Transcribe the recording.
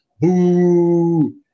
Boo